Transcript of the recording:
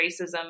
racism